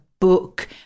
book